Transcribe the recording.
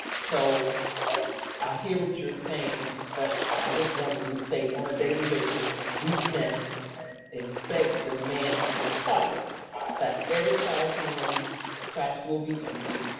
so i hear what you're saying, but i just want to restate on a daily basis, we can expect, demand, and require that every classroom's trash will be empty,